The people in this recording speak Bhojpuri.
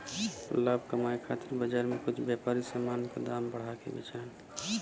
लाभ कमाये खातिर बाजार में कुछ व्यापारी समान क दाम बढ़ा के बेचलन